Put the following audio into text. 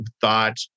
thought